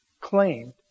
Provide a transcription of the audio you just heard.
claimed